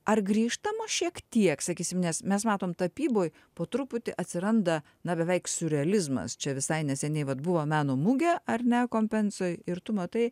ar grįžtama šiek tiek sakysim nes mes matom tapyboj po truputį atsiranda na beveik siurrealizmas čia visai neseniai vat buvo meno mugė ar ne kompensoj ir tu matai